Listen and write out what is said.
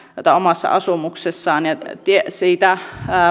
tai omassa asumuksessaan eli siitä